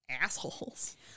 assholes